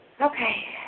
Okay